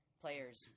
players